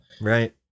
Right